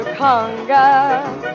conga